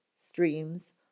streams